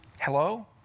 hello